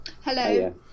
Hello